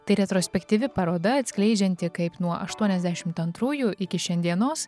tai retrospektyvi paroda atskleidžianti kaip nuo aštuoniasdešimt antrųjų iki šiandienos